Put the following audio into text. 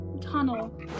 tunnel